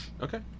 okay